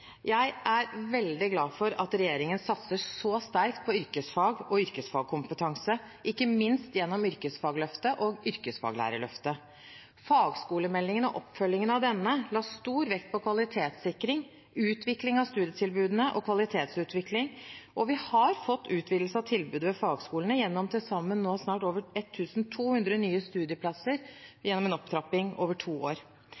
Jeg er veldig glad for at regjeringen satser så sterkt på yrkesfag og yrkesfagkompetanse, ikke minst gjennom Yrkesfagløftet og Yrkesfaglærerløftet. Fagskolemeldingen og oppfølgingen av denne la stor vekt på kvalitetssikring, utvikling av studietilbudene og kvalitetsutvikling, og vi har fått en utvidelse av tilbudet ved fagskolene på over 1 200 nye studieplasser gjennom en opptrapping over to år.